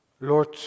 Lord